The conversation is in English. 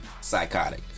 psychotic